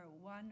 one